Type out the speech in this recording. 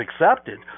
accepted